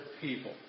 people